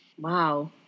Wow